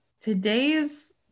today's